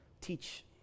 teach